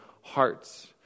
hearts